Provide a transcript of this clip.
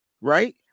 right